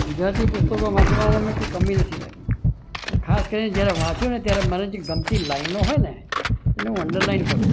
ગુજરાતી પુસ્તકો વાંચવામાં મેં કોઈ કમી નથી રાખી ખાસ કરીને જયારે વાંચુંને ત્યારે જે મને ગમતી લાઈનો હોય ને એને હું અન્ડરલાઇન કરતો હોઉં છું